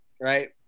right